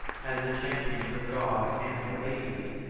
as the champion of god and the ladies,